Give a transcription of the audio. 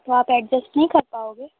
تو آپ ایڈزسٹ نہیں کر پاؤ گے